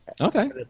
okay